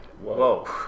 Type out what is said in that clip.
Whoa